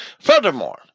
Furthermore